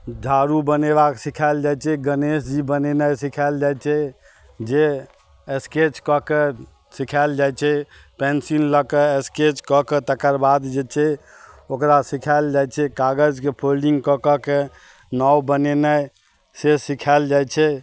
धारू बनेबाके छै गणेश जी बनेनाइ सिखाएल जाइ छै जे स्केच कऽ कऽ सिखाएल जाइ छै पेन्सिल लऽ कऽ स्केच कऽ कऽ तकर बाद जे छै ओकरा सिखाएल जाइ छै कागजके फोल्डिंग कऽ कऽ के नाव बनेनाइ से सिखाएल जाइ छै